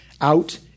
out